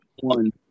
one